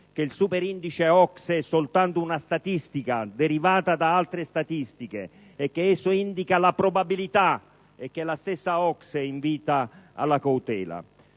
che il super indice OCSE è soltanto una statistica, derivata da altre statistiche, che indica una probabilità e che la stessa OCSE invita alla cautela.